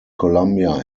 columbia